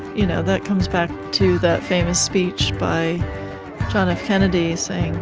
you know that comes back to that famous speech by john f kennedy saying,